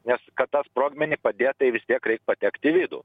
nes kad tą sprogmenį padėt tai vis tiek reik patekt į vidų